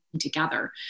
together